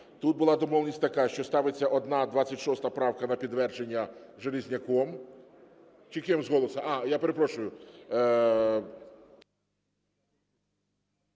Тут була домовленість така, що ставиться одна 26 правка на підтвердження Железняком, чи ким з "Голосу"? А, я перепрошую.